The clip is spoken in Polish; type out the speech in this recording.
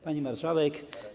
Pani Marszałek!